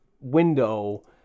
window